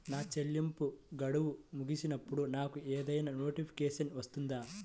నా చెల్లింపు గడువు ముగిసినప్పుడు నాకు ఏదైనా నోటిఫికేషన్ వస్తుందా?